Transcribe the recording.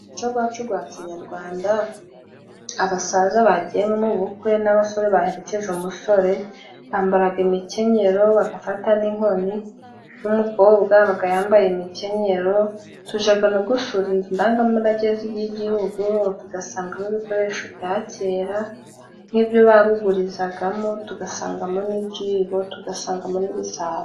Umuco gwacu gwa kinyarwanda, abasaza bagiye nko mu bukwe n'abasore baherekeje umusore, bambaraga imikenyero bagafata n'inkoni, n'umukobwa abaga yambaye imikenyero. Tujaga no gusura inzu ndangamurage y'Igihugu, tugasangamo ibikoresho bya kera nk'ibyo babugurizagamo, tugasangamo n'ibyibo, tugasangamo n'ibisabo.